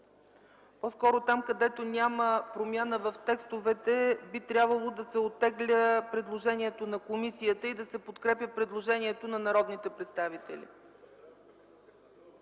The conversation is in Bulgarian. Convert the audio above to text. комисията. Там, където няма промяна в текстовете, по-скоро би трябвало да се оттегля предложението на комисията и да се подкрепя предложението на народните представители.